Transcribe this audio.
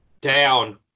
Down